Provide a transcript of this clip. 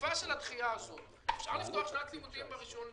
בתקופה של הדחייה הזו אפשר לפתוח שנת לימודים בראשון בספטמבר,